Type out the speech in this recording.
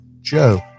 Joe